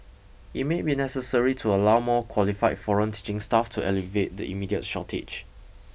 it may be necessary to allow more qualified foreign teaching staff to alleviate the immediate shortage